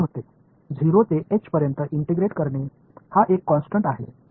எனவே 0 முதல் h வரை இன்டிகிறேட் எனக்கு என்ன தரும்